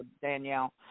Danielle